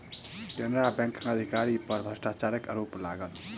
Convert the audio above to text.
केनरा बैंकक अधिकारी पर भ्रष्टाचारक आरोप लागल